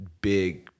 big